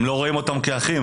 הם לא רואים אותם כאחים.